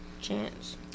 Chance